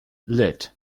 lit